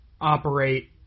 operate